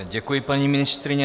Děkuji, paní ministryně.